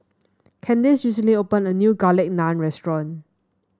Kandace recently opened a new Garlic Naan Restaurant